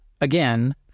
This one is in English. Again